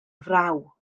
fraw